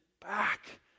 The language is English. back